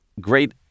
great